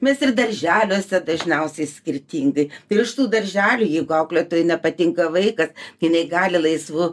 mes ir darželiuose dažniausiai skirtingai ir iš tų darželių jeigu auklėtojai nepatinka vaiką jinai gali laisvu